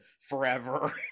forever